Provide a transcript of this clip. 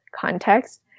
context